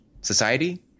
society